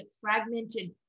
fragmented